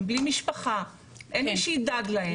הם בלי משפחה ואין מי שידאג להם,